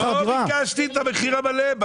לא ביקשתי את המחיר המלא.